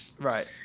right